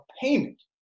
payment